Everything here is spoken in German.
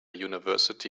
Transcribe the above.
university